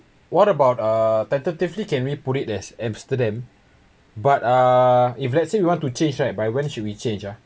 what about uh tentatively can we put it as amsterdam but uh if let's say we want to change right by when should we change ah